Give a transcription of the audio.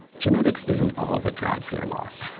genetics isn't all that drives hair loss.